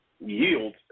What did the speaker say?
yield